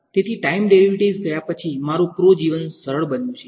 તેથી time derivatives ગયા પછીમારું પ્રો જીવન સરળ બન્યું છે